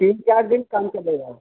तीन चार दिन काम चलेगा